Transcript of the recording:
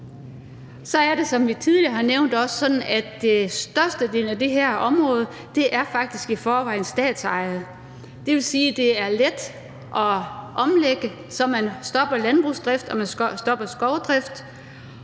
at størstedelen af det her område faktisk i forvejen er statsejet. Det vil sige, at det er let at omlægge, så man stopper landbrugsdrift og man